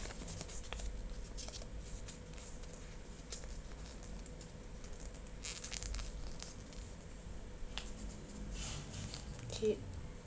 kay